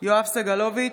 יואב סגלוביץ'